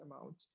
amount